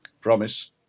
Promise